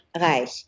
Reich